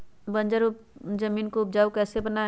बंजर जमीन को उपजाऊ कैसे बनाय?